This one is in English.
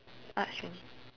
arts stream